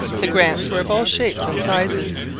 the grants were of all shapes and sizes.